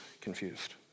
confused